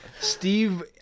Steve